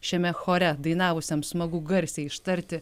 šiame chore dainavusiam smagu garsiai ištarti